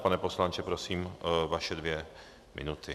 Pane poslanče, prosím, vaše dvě minuty.